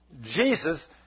Jesus